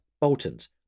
Bolton's